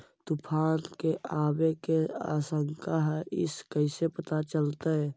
तुफान के आबे के आशंका है इस कैसे पता चलतै?